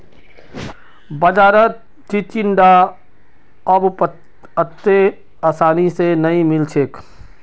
बाजारत चिचिण्डा अब अत्ते आसानी स नइ मिल छेक